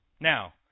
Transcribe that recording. Now